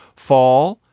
fall,